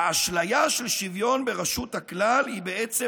האשליה של שוויון ברשות הכלל היא בעצם